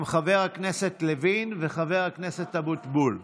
הם חבר הכנסת לוין וחבר הכנסת אבוטבול.